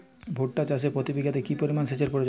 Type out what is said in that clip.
ভুট্টা চাষে প্রতি বিঘাতে কি পরিমান সেচের প্রয়োজন?